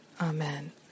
Amen